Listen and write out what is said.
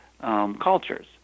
cultures